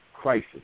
crisis